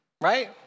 Right